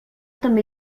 també